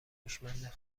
هوشمند